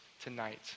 tonight